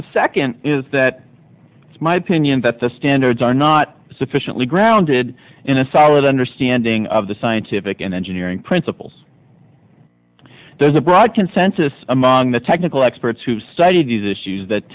the second is that it's my opinion that the standards are not sufficiently grounded in a solid understanding of the scientific and engineering principles there's a broad consensus among the technical experts who studied these issues that